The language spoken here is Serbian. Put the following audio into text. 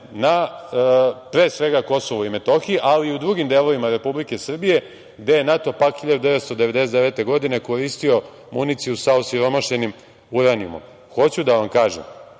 na, pre svega, KiM, ali i u drugim delovima Republike Srbije, gde je NATO pakt 1999. godine, koristio municiju sa osiromašenim uranijumom. Hoću da vam kažem,